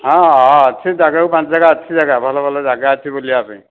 ହଁ ହଁ ଅଛି ଜାଗାକୁ ପାଞ୍ଚ ଜାଗା ଅଛି ଜାଗା ଭଲ ଭଲ ଯାଗା ଅଛି ବୁଲିବା ପାଇଁ